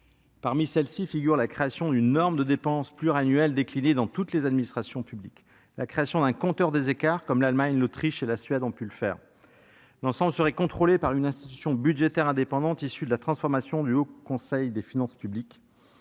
Parmi celles-ci figurent la création d'une norme de dépenses pluriannuelle déclinée dans toutes les administrations publiques et la création d'un compteur des écarts, que l'Allemagne, l'Autriche et la Suède ont déjà mis en oeuvre. L'ensemble serait contrôlé par une institution budgétaire indépendante issue de la transformation du Haut Conseil des finances publiques.